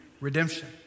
redemption